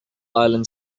island